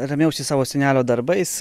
remiausi savo senelio darbais